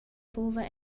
fuva